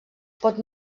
pot